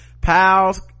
pals